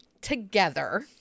together